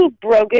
Brogan